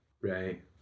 Right